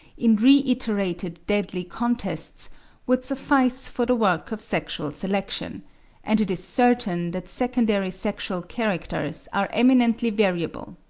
in reiterated deadly contests would suffice for the work of sexual selection and it is certain that secondary sexual characters are eminently variable.